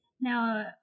Now